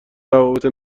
روابط